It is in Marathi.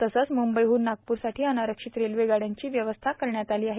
तसंच मुंबईहन नागपूरसाठी अनारक्षित रेल्वे गाड्यांची व्यवस्था करण्यात आली आहे